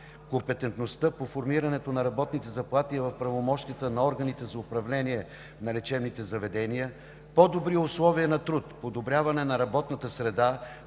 компетентността по формирането на работните заплати е в правомощията на органите за управление на лечебните заведения; по-добри условия на труд – подобряването на работната среда